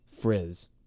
frizz